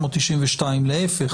להפך.